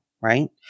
right